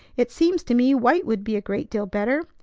it seems to me white would be a great deal better.